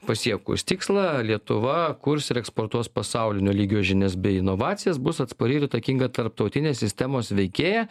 pasiekus tikslą lietuva kurs ir eksportuos pasaulinio lygio žinias bei inovacijas bus atspari ir įtakinga tarptautinės sistemos veikėja